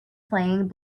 playing